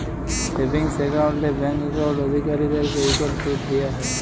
savings একাউল্টে bank account অধিকারীদেরকে ইকট সুদ দিয়া হ্যয়